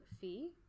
fee